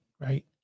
right